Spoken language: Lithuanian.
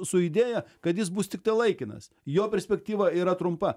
su idėja kad jis bus tiktai laikinas jo perspektyva yra trumpa